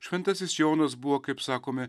šventasis jonas buvo kaip sakome